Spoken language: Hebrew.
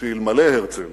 שאלמלא הרצל